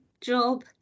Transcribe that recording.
job